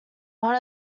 one